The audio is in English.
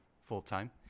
full-time